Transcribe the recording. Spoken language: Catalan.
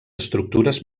estructures